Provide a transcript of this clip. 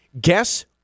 Guess